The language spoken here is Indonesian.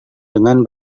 dengan